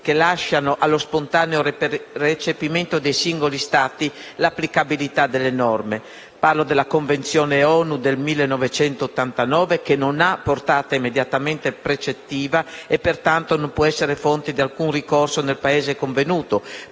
che lasciano allo spontaneo recepimento dei singoli Stati l'applicabilità delle norme. Parlo della Convenzione ONU del 1989, che non ha portata immediatamente precettiva e pertanto non può essere fonte di alcun ricorso nel Paese convenuto.